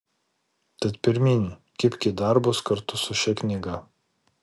tad pirmyn kibk į darbus kartu su šia knyga